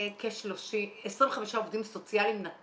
25 עובדים סוציאליים.